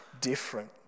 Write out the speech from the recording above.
different